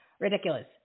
ridiculous